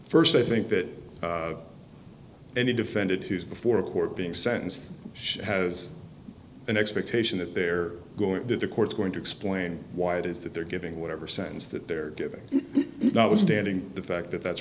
first i think that any defendant who is before a court being sentenced should has an expectation that they're going to the court's going to explain why it is that they're giving whatever sense that they're giving notwithstanding the fact that that's